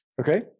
Okay